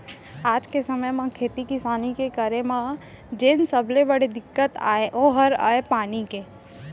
आज के समे म खेती किसानी के करे म जेन सबले बड़े दिक्कत अय ओ हर अय पानी के